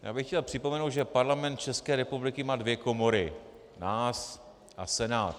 Já bych chtěl připomenout, že Parlament České republiky má dvě komory nás a Senát.